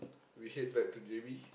we head back to J_B